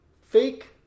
fake